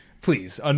Please